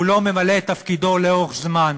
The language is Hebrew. והוא לא ממלא את תפקידו לאורך זמן,